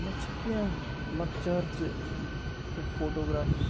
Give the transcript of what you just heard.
مےٚ چھِ کینٛہہ لۄکچارچہِ کینٛہہ فوٹوگرافٕس